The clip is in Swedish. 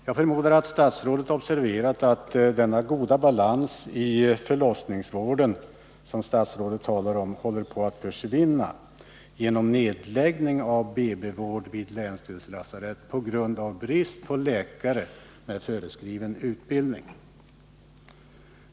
Jag förmodar att statsrådet har observerat att denna goda balans i förlossningsvården, som statsrådet talar om, håller på att försvinna genom nedläggning av BB-vård vid länsdelslasarett på grund av brist på läkare med föreskriven utbildning.